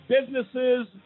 businesses